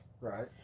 Right